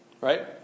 Right